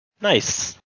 Nice